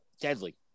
deadly